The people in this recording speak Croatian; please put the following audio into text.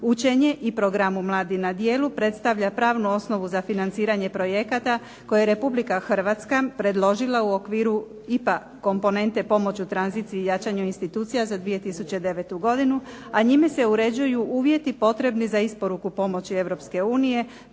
učenje i programi Mladi na djelu predstavlja pravnu osnovu za financiranje projekata koje Republike Hrvatska predložila u okviru IPA komponente pomoći i tranziciji i jačanju institucija za 2009. godinu, a njime se uređuju uvjeti potrebni za isporuku pomoći